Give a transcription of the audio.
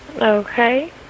Okay